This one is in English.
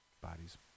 bodies